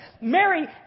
Mary